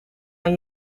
aan